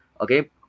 okay